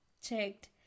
checked